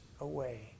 away